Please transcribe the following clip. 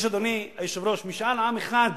יש, אדוני היושב-ראש, משאל עם אחד בציבור.